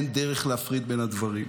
אין דרך להפריד בין הדברים.